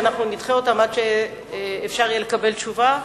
שאנחנו נדחה אותן עד שיהיה אפשר לקבל תשובה,